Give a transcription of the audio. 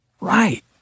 right